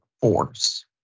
force